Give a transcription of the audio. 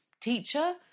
teacher